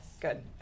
Good